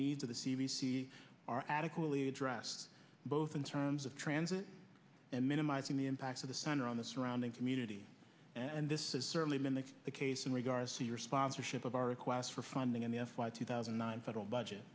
needs of the c b c are adequately addressed both in terms of transit and minimizing the impact of the center on the surrounding community and this is certainly been the case in regards to your sponsorship of our requests for funding in the f y two thousand and nine federal budget